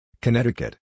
Connecticut